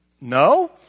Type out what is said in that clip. No